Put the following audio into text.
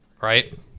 Right